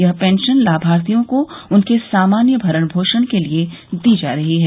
यह पेंशन लाभार्थियों को उनके सामान्य भरण पोषण के लिये दी जा रही है